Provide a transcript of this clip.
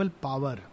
power